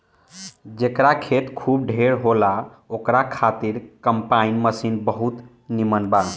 जेकरा खेत खूब ढेर होला ओकरा खातिर कम्पाईन मशीन बहुते नीमन बा